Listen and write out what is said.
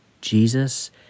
Jesus